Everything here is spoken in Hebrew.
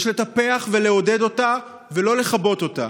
יש לטפח ולעודד אותה ולא לכבות אותה.